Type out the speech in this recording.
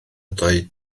dweud